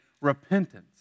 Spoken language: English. repentance